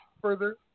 further